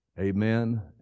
Amen